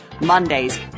Mondays